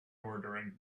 ordering